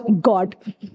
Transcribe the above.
God